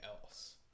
else